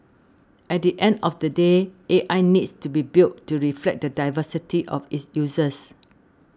at the end of the day A I needs to be built to reflect the diversity of its users